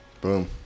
Boom